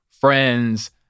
friends